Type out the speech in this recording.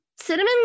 cinnamon